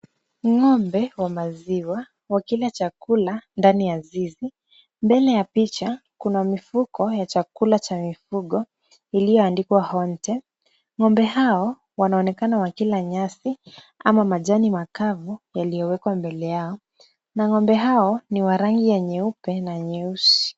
Ng'ombe wa maziwa wakila chakula ndani ya zizi. Mbele ya picha kuna mifuko ya chakula cha mifugo iliyoandikwa honte . Ng'ombe hao wanaonekana wakila nyasi ama majani makavu yaliyowekwa mbele yao na ng'ombe hao ni wa rangi ya nyeupe na nyeusi.